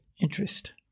interest